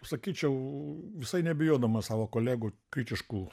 sakyčiau visai nebijodamas savo kolegų kritiškų